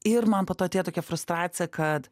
ir man po to atėjo tokia frustracija kad